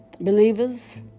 Believers